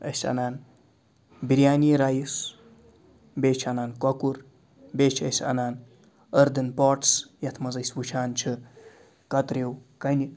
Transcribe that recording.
أسۍ اَنان بریانی رایِس بیٚیہِ چھِ اَنان کۄکُر بیٚیہِ چھِ أسۍ اَنان أردَن پاٹٕس یَتھ منٛز أسۍ وُچھان چھِ کَتریٚو کَنہِ